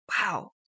Wow